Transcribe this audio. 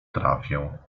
trafię